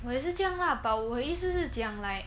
我也是这样 lah but 我意思是讲 like